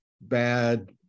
bad